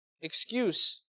excuse